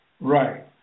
Right